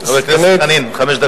של חברת הכנסת יוליה שמאלוב-ברקוביץ,